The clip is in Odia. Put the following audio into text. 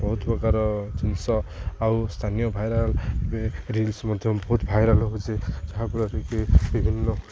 ବହୁତ ପ୍ରକାର ଜିନିଷ ଆଉ ସ୍ଥାନୀୟ ଭାଇରାଲ ରିଲ୍ସ ମଧ୍ୟ ବହୁତ ଭାଇରାଲ୍ ହେଉଛି ଯାହାଫଳରେ କିି ବିଭିନ୍ନ